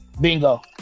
Bingo